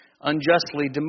unjustly